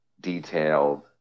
detailed